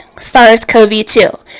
SARS-CoV-2